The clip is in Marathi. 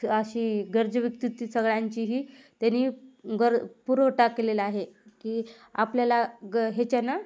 अशी गरजे व्यक्ति ती सगळ्यांचीही त्यांनी गर पुरवठा केलेला आहे की आपल्याला ग ह्याच्यानं